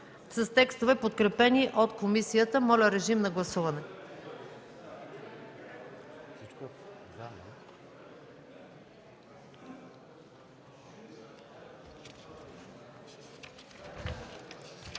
с текстове, подкрепени от комисията. Моля, режим на гласуване.